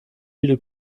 viele